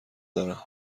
دارم